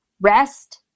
rest